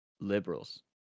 liberals